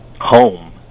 home